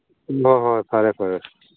ꯍꯣꯏ ꯍꯣꯏ ꯐꯔꯦ ꯐꯔꯦ